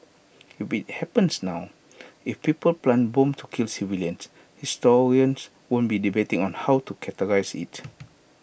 will be happens now if people plant bombs to kill civilians historians won't be debating on how to characterise IT